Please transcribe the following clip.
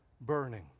burning